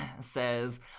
says